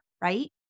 right